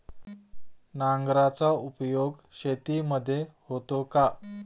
नांगराचा उपयोग शेतीमध्ये होतो का?